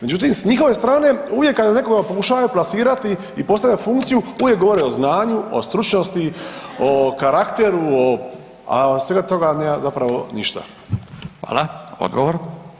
Međutim s njihove strane uvijek kada nekoga pokušavaju plasirati i postavljat funkciju uvijek govore o znanju, o stručnosti, o karakteru, a od svega toga nema zapravo ništa.